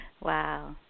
Wow